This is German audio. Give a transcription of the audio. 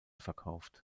verkauft